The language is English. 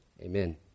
Amen